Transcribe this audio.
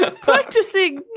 practicing